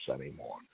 anymore